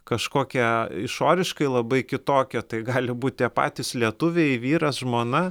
kažkokia išoriškai labai kitokia tai gali būti patys lietuviai vyras žmona